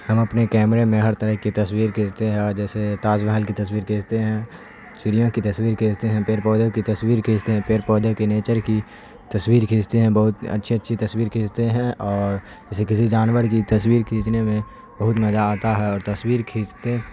ہم اپنے کیمرے میں ہر طرح کی تصویر کھینچتے ہیں اور جیسے تاج محل کی تصویر کھینچتے ہیں چڑیوں کی تصویر کھینچتے ہیں پیڑ پودوں کی تصویر کھینچتے ہیں پیڑ پودے کے نیچر کی تصویر کھینچتے ہیں بہت اچھی اچھی تصویر کھینچتے ہیں اور جیسے کسی جانور کی تصویر کھینچنے میں بہت مزہ آتا ہے اور تصویر کھینچتے